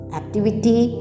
activity